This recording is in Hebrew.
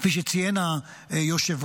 כפי שציין היושב-ראש,